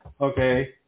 Okay